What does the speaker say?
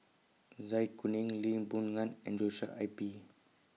Zai Kuning Lee Boon Ngan and Joshua I P